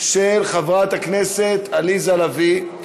של חברת הכנסת עליזה לביא.